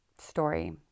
story